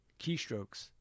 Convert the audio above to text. keystrokes